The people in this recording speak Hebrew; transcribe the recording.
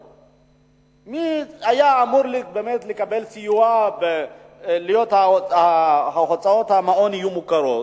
מי היה אמור לקבל סיוע ושהוצאות המעון שלו יהיו מוכרות?